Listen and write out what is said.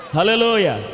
Hallelujah